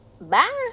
Bye